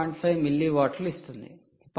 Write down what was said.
5 మిల్లీవాట్లు ఇస్తుంది